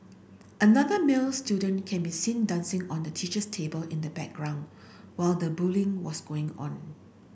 another male student can be seen dancing on the teacher's table in the background while the bullying was going on